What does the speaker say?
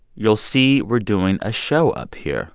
you'll see we're doing a show up here